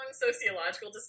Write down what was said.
sociological